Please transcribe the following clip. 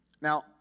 Now